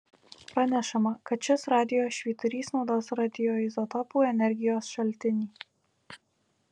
pranešama kad šis radijo švyturys naudos radioizotopų energijos šaltinį